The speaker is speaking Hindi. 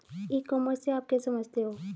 ई कॉमर्स से आप क्या समझते हो?